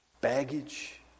baggage